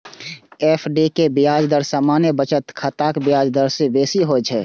FD के ब्याज दर सामान्य बचत खाताक ब्याज दर सं बेसी होइ छै